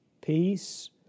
Peace